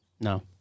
No